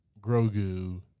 Grogu